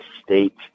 state